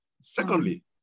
Secondly